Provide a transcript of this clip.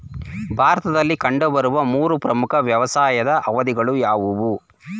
ಭಾರತದಲ್ಲಿ ಕಂಡುಬರುವ ಮೂರು ಪ್ರಮುಖ ವ್ಯವಸಾಯದ ಅವಧಿಗಳು ಯಾವುವು?